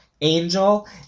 angel